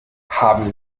haben